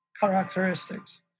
characteristics